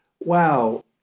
wow